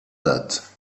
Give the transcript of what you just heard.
date